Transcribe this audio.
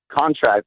contract